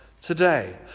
today